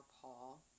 Paul